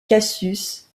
cassius